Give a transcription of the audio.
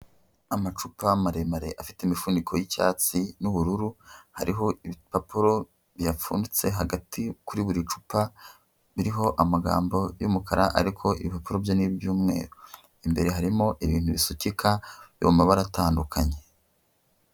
Amacupa maremare afite imifuniko y'icyatsi n'ubururu, hariho ibipapuro biyapfunditse hagati kuri buri cupa biriho amagambo y'umukara, ariko ibipapuro byo ni iby'umweru imbere harimo ibintu bisukika biri mu mabara atandukanye.